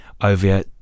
over